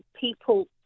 people